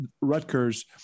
Rutgers